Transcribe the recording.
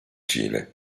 cile